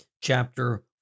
chapter